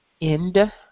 end